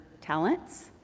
talents